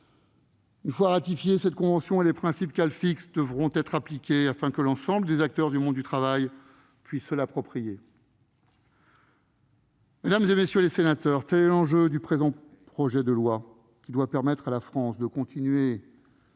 une fois ratifiée, les principes qu'elle fixe devront être appliqués, afin que l'ensemble des acteurs du monde du travail puissent se l'approprier. Mesdames, messieurs les sénateurs, tel est l'enjeu du présent projet de loi, qui doit permettre à la France de continuer